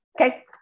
Okay